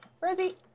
Rosie